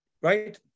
right